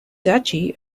duchy